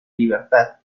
libertad